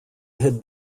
had